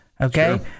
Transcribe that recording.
Okay